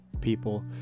people